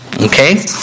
Okay